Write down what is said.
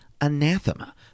anathema